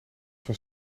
van